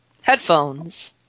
headphones